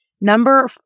Number